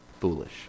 foolish